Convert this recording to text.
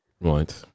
Right